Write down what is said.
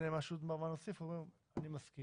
אם אין להם ממש מה להוסיף אז אומרים אני מסכים.